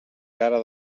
cara